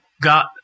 got